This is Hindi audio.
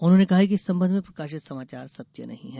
उन्होंने कहा है कि इस संबंध में प्रकाशित समाचार सत्य नहीं है